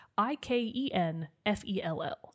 I-K-E-N-F-E-L-L